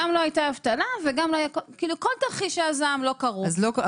גם לא היתה אבטלה כל תרחישי הזעם לא קרו,